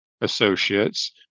associates